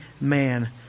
man